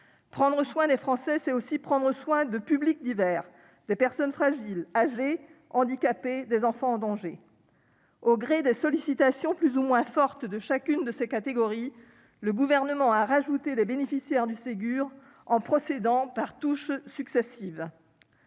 Prendre soin des Français, c'est aussi prendre soin de publics divers : des personnes fragiles, âgées, handicapées, des enfants en danger. Au gré des sollicitations plus ou moins fortes de chacune de ces catégories, le Gouvernement a ajouté de nouveaux bénéficiaires au Ségur en procédant par touches successives.